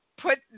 put